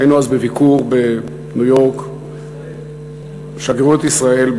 היינו אז בביקור בניו-יורק, שגרירות ישראל.